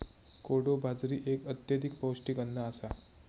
कोडो बाजरी एक अत्यधिक पौष्टिक अन्न आसा